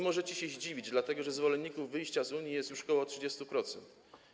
Możecie się zdziwić, dlatego że zwolenników wyjścia z Unii jest już ok. 30%.